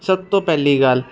ਸਭ ਤੋਂ ਪਹਿਲੀ ਗੱਲ